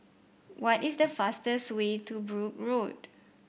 what is the fastest way to Brooke Road